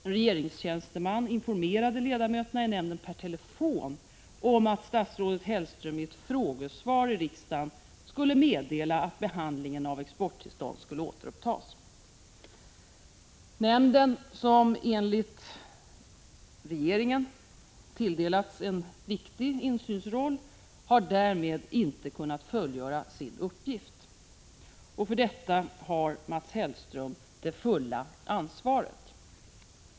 En regeringstjänsteman informerade ledamöterna i nämnden per telefon om att statsrådet Hellström i ett frågesvar i riksdagen skulle meddela att behandlingen av exporttillstånd skulle återupptas. Nämnden som enligt regeringen tilldelats en viktig insynsroll har därmed inte kunnat fullgöra sin uppgift. För detta har Mats Hellström det fulla ansvaret.